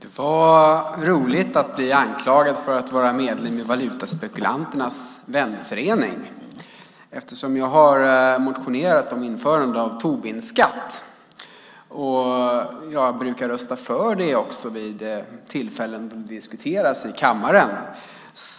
Herr talman! Det var roligt att bli anklagad för att vara medlem i valutaspekulanternas vänförening med tanke på att jag har motionerat om införande av Tobinskatt. Jag brukar rösta för det vid de tillfällen då den debatteras i kammaren.